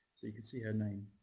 so you can see her name